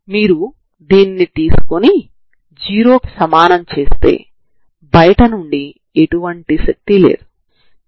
ప్రారంభ మరియు సరిహద్దు విలువలు కలిగిన వన్ డైమన్షనల్ తరంగ సమీకరణాలకు చెందిన సమస్యలను కూడా చూశాము సరేనా